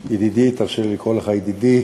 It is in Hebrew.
ידידי, תרשה לי לקרוא לך ידידי,